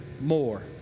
more